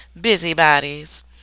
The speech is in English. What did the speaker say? busybodies